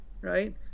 right